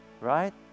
Right